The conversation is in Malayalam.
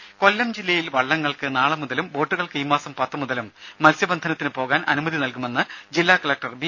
ദരദ കൊല്ലം ജില്ലയിൽ വള്ളങ്ങൾക്ക് നാളെ മുതലും ബോട്ടുകൾക്ക് ഈ മാസം പത്ത് മുതലും മത്സ്യബന്ധനത്തിന് പോകാൻ അനുമതി നൽകുമെന്ന് ജില്ലാ കലക്ടർ ബി